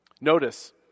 Notice